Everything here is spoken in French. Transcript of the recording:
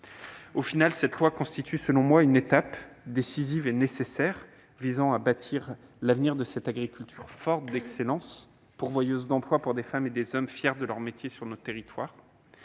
proposition de loi constitue, selon moi, une étape décisive et nécessaire visant à bâtir l'avenir d'une agriculture forte, d'excellence, pourvoyeuse d'emplois pour des femmes et des hommes fiers de leur métier dans nos territoires.